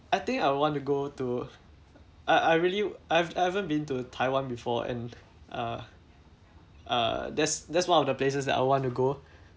I think I would want to go to I I really I've I haven't been to taiwan before and uh uh that's that's one of the places that I want to go